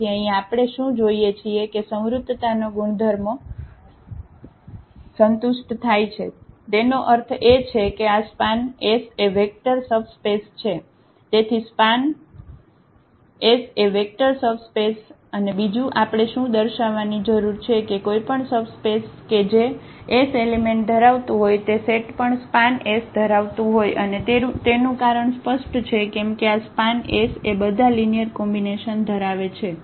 તેથી અહીં આપણે શું જોઈએ છીએ કે સંવૃતતાનો ગુણધર્મો સંતુષ્ટ થાય છે તેનો અર્થ એ છે કે આ સ્પાન એ વેક્ટર સબસ્પેસ છે તેથી સ્પાન એ વેક્ટર સબસ્પેસ છે અને બીજું આપણે શુ દર્શાવવાની જરૂર છે કે કોઈપણ સબસ્પેસ કે જે S એલિમેન્ટ ધરાવતું હોય તે સેટ પણ સ્પાન ધરાવતું હોય અને તેનું કારણ સ્પષ્ટ છે કેમ કે આ સ્પાન એ બધા લિનિયર કોમ્બિનેશન ધરાવે છે